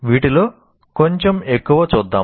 వీటిలో కొంచెం ఎక్కువ చూద్దాం